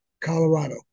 Colorado